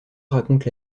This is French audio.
raconte